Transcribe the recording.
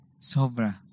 Sobra